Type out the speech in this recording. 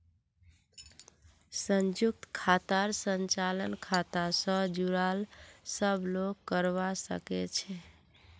संयुक्त खातार संचालन खाता स जुराल सब लोग करवा सके छै